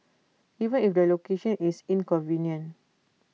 even if the location is inconvenient